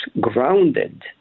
grounded